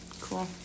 cool